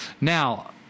Now